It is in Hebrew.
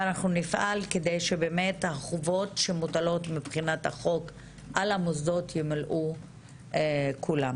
ונפעל כדי שהחובות שמוטלות בחוק על המוסדות ימולאו כולן.